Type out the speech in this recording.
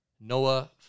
Noah